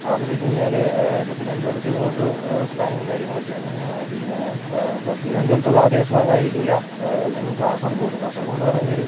കാരണമെന്തെന്നു വെച്ച് കഴിഞ്ഞാൽ ഇപ്പോൾ തിരുവനന്തപുരത്ത് വേറൊരു സ്ലാങ്ങും കാര്യങ്ങളൊക്കെയാണ് പിന്നെ ഇപ്പോൾ തിരുവനന്തപുരത്തുള്ള അതേ സ്ലാങ്ങായിരിക്കില അങ്ങ് കാസർഗോഡ് കാസർഗോഡെന്ന് പറഞ്ഞ് കഴിഞ്ഞാൽ ഒരു